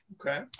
Okay